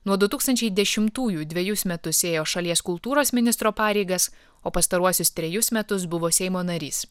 nuo du tūkstančiai dešimtųjų dvejus metus ėjo šalies kultūros ministro pareigas o pastaruosius trejus metus buvo seimo narys